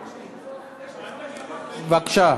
בבקשה.